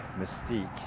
mystique